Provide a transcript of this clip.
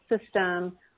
system